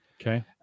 Okay